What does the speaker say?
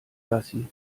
gassi